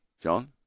John